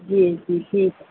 جی جی ٹھیک ہے